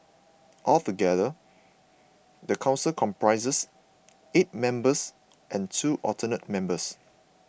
altogether the council comprises eight members and two alternate members